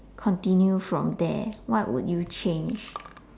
continue from there what would you change